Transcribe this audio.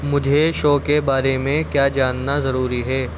مجھے شو کے بارے میں کیا جاننا ضروری ہے